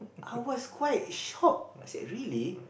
I was quite shocked really